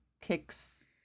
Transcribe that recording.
kicks